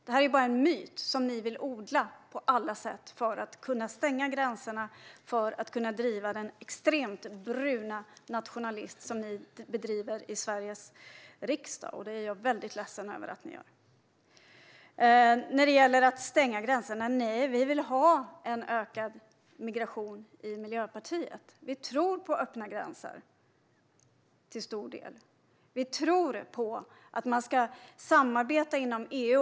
Det är bara en myt som ni på alla sätt vill odla för att kunna stänga gränserna och driva den extremt bruna nationalism som ni bedriver i Sveriges riksdag, och det är jag väldigt ledsen över att ni gör. När det gäller att stänga gränserna: Nej, vi i Miljöpartiet vill ha ökad migration. Vi tror till stor del på öppna gränser. Vi tror på att samarbeta inom EU.